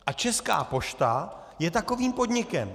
A Česká pošta je takovým podnikem.